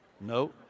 no